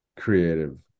creative